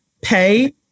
pay